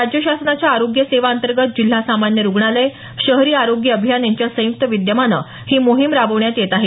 राज्य शासनाच्या आरोग्य सेवा अंतर्गत जिल्हा सामान्य रुग्णालय शहरी आरोग्य अभियान यांच्या संयुक्त विद्यमानं ही मोहीम राबवण्यात येत आहे